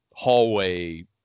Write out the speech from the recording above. hallway